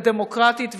הדמוקרטית והליברלית.